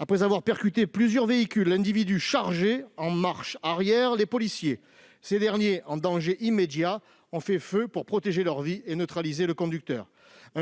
Après avoir percuté plusieurs véhicules, l'individu chargeait en marche arrière les policiers. Ces derniers, en danger immédiat, ont fait feu pour protéger leur vie et neutraliser le conducteur,